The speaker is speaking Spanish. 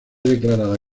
declarada